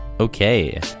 okay